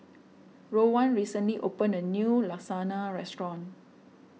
Rowan recently opened a new Lasagna restaurant